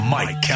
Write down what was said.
Mike